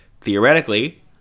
theoretically